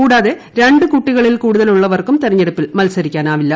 കൂടാതെ രണ്ടു കുട്ടികളിൽ കൂടുതൽ ഉള്ളവർക്കും തെരഞ്ഞെടുപ്പിൽ മത്സരിക്കാനാവില്ല